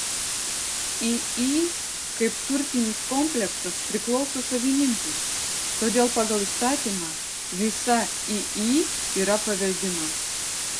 iį kaip turtinis kompleksas priklauso savininkui todėl pagal įstatymą visa iį yra paveldima